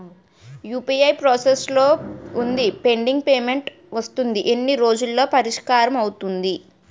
UPI process లో వుందిపెండింగ్ payment వస్తుంది ఎన్ని రోజుల్లో పరిష్కారం అవుతుంది